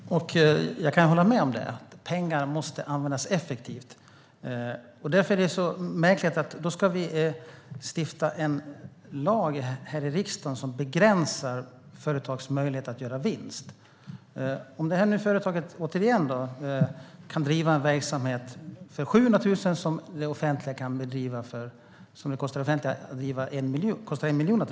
Herr talman! Jag kan hålla med om det. Pengar måste användas effektivt. Därför är det märkligt att vi ska stifta en lag här i riksdagen som begränsar företags möjlighet att göra vinst. Om ett företag kan driva en verksamhet för 700 000 som det kostar 1 miljon att driva för det offentliga, hur ska vi då reglera det?